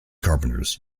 carpenters